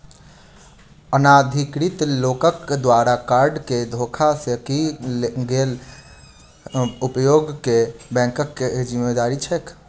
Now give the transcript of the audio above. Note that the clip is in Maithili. अनाधिकृत लोकक द्वारा कार्ड केँ धोखा सँ कैल गेल उपयोग मे बैंकक की जिम्मेवारी छैक?